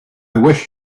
wish